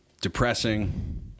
depressing